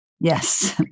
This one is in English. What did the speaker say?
Yes